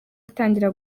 atangira